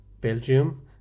Belgium